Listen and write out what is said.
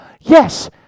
Yes